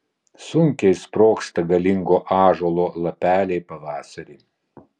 sunkiai sprogsta galingo ąžuolo lapeliai pavasarį